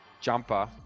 jumper